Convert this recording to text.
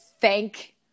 thank